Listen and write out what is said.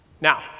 Now